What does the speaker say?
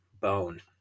bone